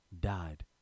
died